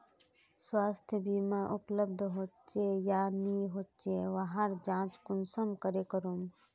स्वास्थ्य बीमा उपलब्ध होचे या नी होचे वहार जाँच कुंसम करे करूम?